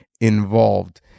involved